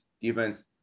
defense